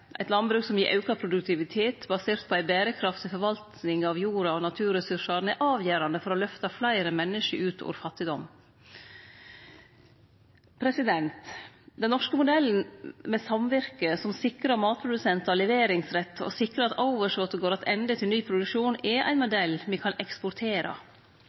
Eit landbruk som gir auka produktivitet basert på ei berekraftig forvalting av jorda og naturressursane, er avgjerande for å løfte fleire menneske ut or fattigdom. Den norske modellen med samvirke som sikrar matprodusentar leveringsrett, og sikrar at overskotet går attende til ny produksjon, er ein